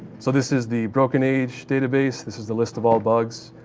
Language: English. so this is the broken age database. this is the list of all bugs.